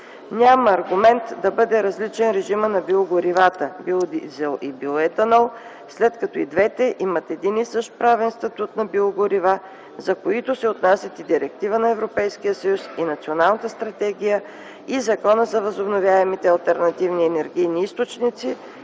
Няма аргумент да бъде различен режимът на биогоривата – биодизел и биоетанол, след като и двете имат един и същи правен статут на биогорива, за които се отнасят и директива на ЕС и Националната стратегия и Закона за възобновяемите и алтернативните енергийни източници